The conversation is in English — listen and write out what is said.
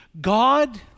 God